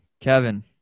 Kevin